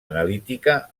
analítica